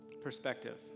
Perspective